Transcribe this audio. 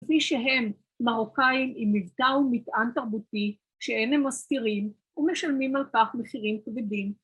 כפי שהם מרוקאים עם מבטא ומטען תרבותי שאין הם מסתירים, ומשלמים על כך מחירים כבדים